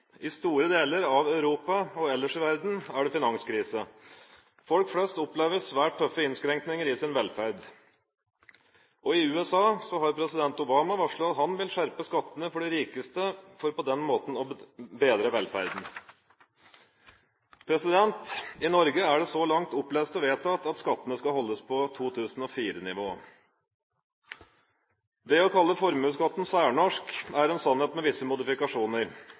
I store deler av Europa og ellers i verden er det finanskrise. Folk flest opplever svært tøffe innskrenkninger i sin velferd. I USA har president Obama varslet at han vil skjerpe skattene for de rikeste, for på den måten å bedre velferden. I Norge er det så langt opplest og vedtatt at skattene skal holdes på 2004-nivå. Det å kalle formuesskatten særnorsk er en sannhet med visse modifikasjoner.